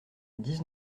dix